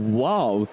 wow